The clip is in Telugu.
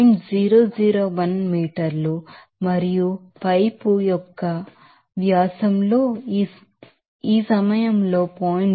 001 మీటర్లు మరియు పైపు యొక్క మా వ్యాసంలో ఈ సమయంలో 0